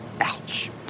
Ouch